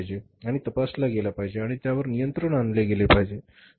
आणि तपासाला गेला पाहिजे आणि त्यावर नियंत्रण आणले गेले पाहिजे